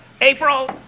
April